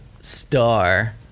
star